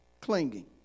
clinging